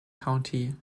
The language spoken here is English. county